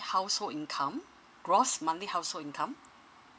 household income gross monthly household income